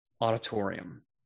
auditorium